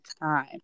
time